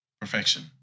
Perfection